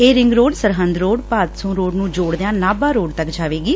ਇਹ ring road Sirhind road Bhadson road ਨੂੰ ਜੋੜਦਿਆਂ ਨਾਭਾ ਰੋਡ ਤੱਕ ਜਾਵੇਗੀ